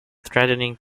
threatening